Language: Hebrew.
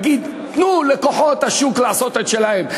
להגיד: תנו לכוחות השוק לעשות את שלהם.